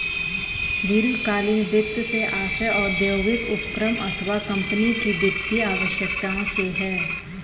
दीर्घकालीन वित्त से आशय औद्योगिक उपक्रम अथवा कम्पनी की वित्तीय आवश्यकताओं से है